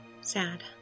sad